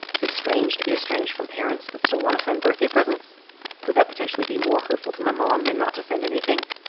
strange to be estranged from parents but still want to send birthday presents without potentially be more hurtful to my mom than not to send anything?